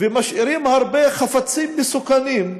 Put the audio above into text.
ומשאירים הרבה חפצים מסוכנים,